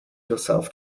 yourself